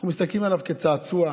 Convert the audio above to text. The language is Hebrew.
אנחנו מסתכלים עליו כצעצוע.